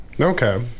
Okay